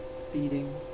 Feeding